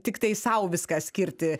tiktai sau viską skirti